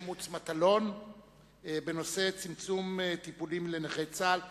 מוץ מטלון בנושא: צמצום טיפולים לנכי צה"ל.